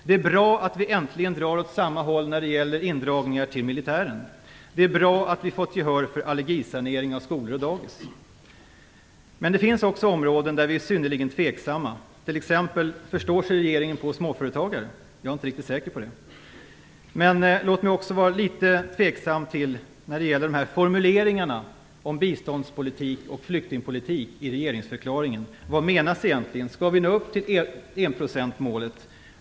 Det är bra att vi äntligen drar åt samma håll när det gäller neddragningar av anslagen till militären. Det är bra att vi fått gehör för allergisanering av skolor och dagis. Men det finns också områden där vi är synnerligen tveksamma, t.ex. om regeringen förstår sig på småföretagare. Jag är inte riktigt säker på det. Låt mig också vara litet tveksam när det gäller regeringsförklaringens formuleringar om biståndspolitik och flyktingpolitik. Vad menas egentligen? Skall vi nå upp till enprocentsmålet?